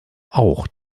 auch